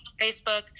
Facebook